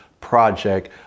Project